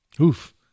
Oof